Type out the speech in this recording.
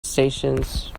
stations